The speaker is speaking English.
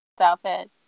outfit